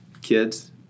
kids